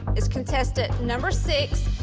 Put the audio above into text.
is contestant number six,